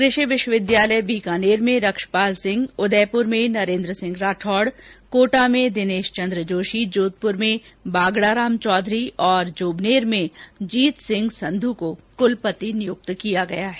कृषि विश्वविद्यालय बीकानेर में रक्षपाल सिंह उदयपूर में नरेन्द्र सिंह राठौंड कोटा में दिनेश चन्द्र जोशी जोधपूर में बागड़ा राम चौधरी और जोबनेर में जीत सिंह सन्धू को कुलपति नियुक्त किया गया है